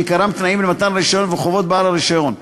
שעיקרן תנאים למתן הרישיון וחובות בעל הרישיון,